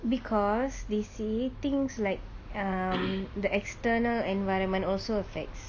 because they say things like um the external environment also affects